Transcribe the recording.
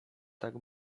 tak